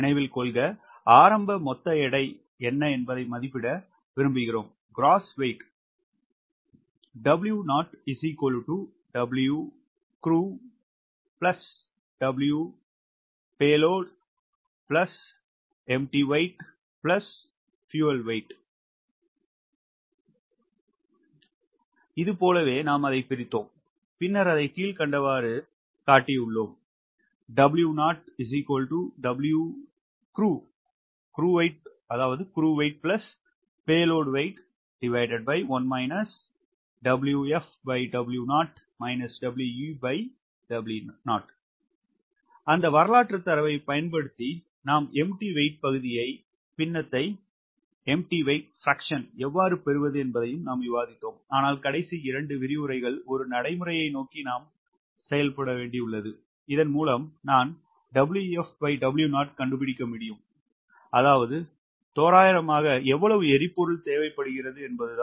நினைவில்கொள்க ஆரம்ப மொத்த எடை என்ன என்பதை மதிப்பிட விரும்புகிறோம் இது போலவே நாம் அதைப் பிரித்தோம் பின்னர் அதை கீழ்க்கண்டவாறு காட்டியுள்ளோம் அந்த வரலாற்றுத் தரவைப் பயன்படுத்தி எம்ப்டீ வெயிட் பகுதியை பின்னத்தை We எவ்வாறு பெறுவது என்பதையும் நாம் விவாதித்தோம் ஆனால் கடைசி 2 விரிவுரைகள் ஒரு நடைமுறையை நோக்கி நாம் செயல்படுகிறோம் இதன் மூலம் நான் 𝑊𝑓W0 கண்டுபிடிக்க முடியும் அதாவது ஒரு தோராயமாக எவ்வளவு எரிபொருள் தேவைப்படுகிறது என்பதைத்தான்